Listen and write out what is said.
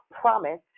promise